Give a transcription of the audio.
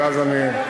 אבל אז אני,